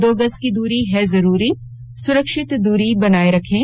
दो गज की दूरी है जरूरी सुरक्षित दूरी बनाए रखें